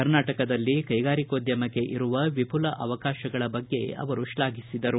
ಕರ್ನಾಟಕದಲ್ಲಿ ಕೈಗಾರಿಕೋದ್ದಮಕ್ಕೆ ಇರುವ ವಿಪುಲ ಅವಕಾಶಗಳ ಬಗ್ಗೆ ಶ್ಲಾಘಿಸಿದರು